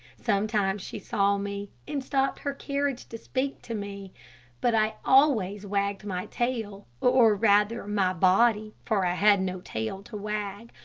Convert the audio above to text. sometimes she saw me and stopped her carriage to speak to me but i always wagged my tail, or rather my body, for i had no tail to wag,